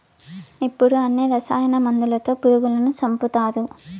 ఇప్పుడు అన్ని రసాయన మందులతో పురుగులను సంపుతారు